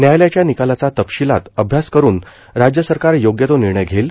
न्यायालयाच्या निकालाचा तपशीलात अभ्यास करून राज्य सरकार योग्य तो निर्णय घेईल